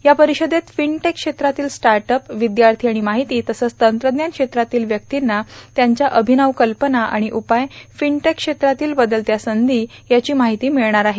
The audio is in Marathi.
या परिषदेत फिनटेक क्षेत्रातील स्टार्ट अप विद्यार्थी आणि माहिती तसंच तंत्रज्ञान क्षेत्रातील व्यक्तींना त्यांच्या अभिनव कल्पना आणि उपाय फिनटेक क्षेत्रातील बदलत्या संधी याची माहिती मिळणार आहे